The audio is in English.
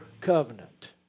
covenant